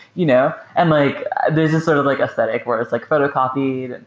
you know and like there's this sort of like aesthetic whereas like photocopied, and